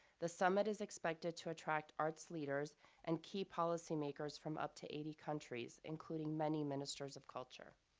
the summit is expected to attract arts leaders and key policymakers from up to eighty countries, including many ministers of culture.